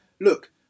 look